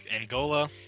Angola